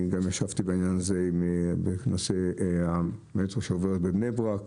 גם ישבתי בעניין המעבר של המטרו בבני ברק,